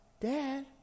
Dad